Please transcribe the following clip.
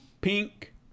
Pink